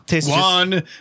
One